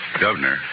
Governor